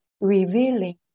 revealing